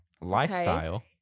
lifestyle